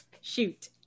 Shoot